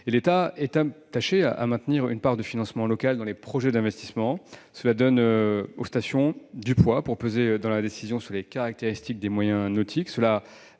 L'État est attaché à maintenir une part de financement local dans les projets d'investissement, car cela donne aux stations du poids pour peser dans la décision sur les caractéristiques des moyens nautiques et